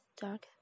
dark